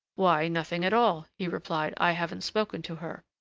why, nothing at all, he replied. i haven't spoken to her.